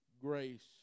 grace